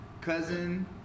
cousin